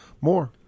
more